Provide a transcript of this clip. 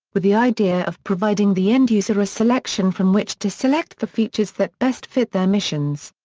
with the idea of providing the end-user a selection from which to select the features that best fit their missions.